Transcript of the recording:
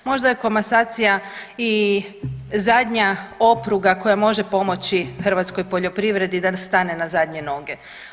Možda je komasacija i zadnja opruga koja može pomoći hrvatskoj poljoprivredi da stane na zadnje noge?